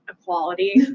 equality